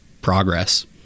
progress